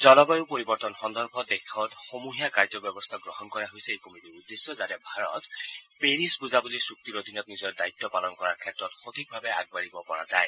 জলবায়ু পৰিবৰ্তন সন্দৰ্ভত দেশত সমূহীয়া কাৰ্যব্যৰস্বা গ্ৰহণ কৰাই হৈছে এই কমিটীৰ উদ্দেশ্য যাতে ভাৰত পেৰিচ বুজাবুজি চুক্তিৰ অধীনত নিজৰ দায়িত্ব পালন কৰাৰ ক্ষেত্ৰত সঠিকভাৱে আগবাঢ়িব পৰা যায়